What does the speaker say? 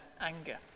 anger